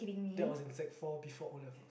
that was in sec-four before O levels